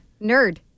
Nerd